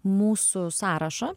mūsų sąrašą